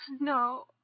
No